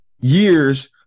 years